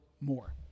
more